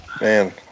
Man